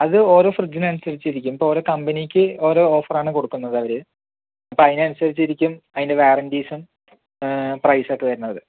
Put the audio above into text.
അത് ഓരോ ഫ്രിഡ്ജിന് അനുസരിച്ചിരിക്കും ഇപ്പോൾ ഓരോ കമ്പനിക്ക് ഓരോ ഓഫറാണ് കൊടുക്കുന്നത് അവര് അപ്പോൾ അതിനനുസരിച്ച് ഇരിക്കും അതിൻറെ വാറണ്ടീസും പ്രൈസ് ഒക്കെ വരുന്നത്